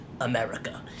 America